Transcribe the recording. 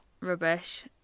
rubbish